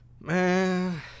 man